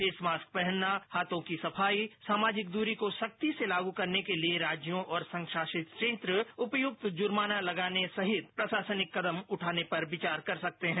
face mask पहनना हाथों की सफाई सामाजिक दूरी को सख्ती से लागू करने के लिए राज्यों और संघ शासित क्षेत्र उपयुक्त जुर्माना लगाने सहित प्रशासनिक कदम उठाने पर विचार कर सकते हैं